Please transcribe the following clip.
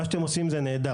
מה שאתם עושים הוא נהדר.